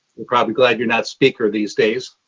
you're probably glad you're not speaker these days